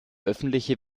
öffentliche